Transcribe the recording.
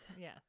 Yes